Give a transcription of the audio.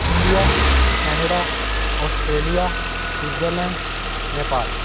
India Canada Australia Switzerland Nepal